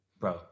Bro